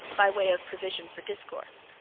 by way of provision for discourse.